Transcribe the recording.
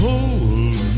Hold